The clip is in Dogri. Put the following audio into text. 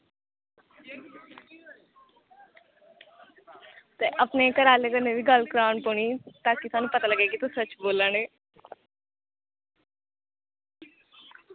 ते अपने घरे आह्लें कन्नै बी गल्ल करान पौनी ताकि सानूं पता लग्गै कि तुस सच्च बोला ने